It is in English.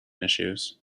issues